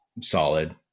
solid